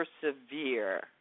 persevere